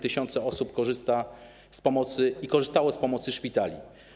Tysiące osób korzysta z pomocy i korzystało z pomocy szpitali.